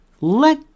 let